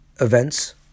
events